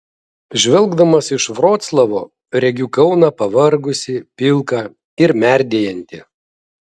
žvelgdamas iš vroclavo regiu kauną pavargusį pilką ir merdėjantį